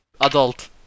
adult